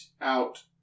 out